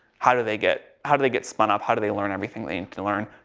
how do they get, how do they get spun up? how do they learn everything they need to learn?